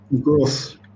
growth